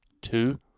two